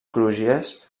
crugies